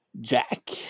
Jack